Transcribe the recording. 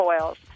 oils